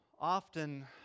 Often